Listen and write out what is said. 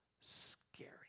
scary